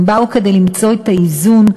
הם באו למצוא את האיזון,